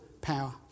power